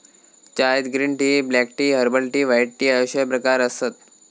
चायत green tea, black tea, herbal tea, white tea अश्ये प्रकार आसत